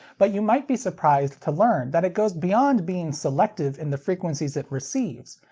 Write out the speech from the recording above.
but you might be surprised to learn that it goes beyond being selective in the frequencies it receives.